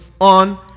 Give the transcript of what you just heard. On